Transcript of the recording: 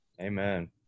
Amen